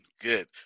Good